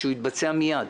ושהוא יתבצע מייד.